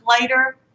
later